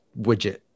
widget